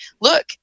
Look